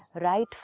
Right